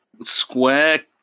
square